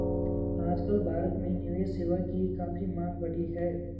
आजकल भारत में निवेश सेवा की काफी मांग बढ़ी है